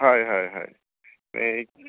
হয় হয় হয়